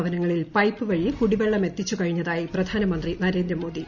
ഭവനങ്ങളിൽ പൈപ്പ് വഴി കുടിവെള്ളമെത്തിച്ചു കഴിഞ്ഞതായി പ്രധാനമന്ത്രി നരേന്ദ്രമോദി